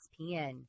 ESPN